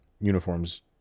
uniforms